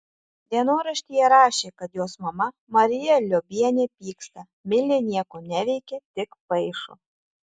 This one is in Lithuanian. dienoraštyje rašė kad jos mama marija liobienė pyksta milė nieko neveikia tik paišo